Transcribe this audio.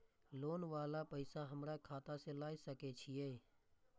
Loan वाला पैसा हमरा खाता से लाय सके छीये?